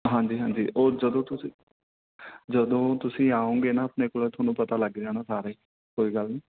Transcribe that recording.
ਹਾਂਜੀ ਹਾਂਜੀ ਉਹ ਜਦੋਂ ਤੁਸੀ ਜਦੋਂ ਤੁਸੀਂ ਆਓਂਗੇ ਨਾ ਆਪਣੇ ਕੋਲ ਤੁਹਾਨੂੰ ਪਤਾ ਲੱਗ ਜਾਣਾ ਸਾਰਾ ਹੀ ਕੋਈ ਗੱਲ ਨਹੀਂ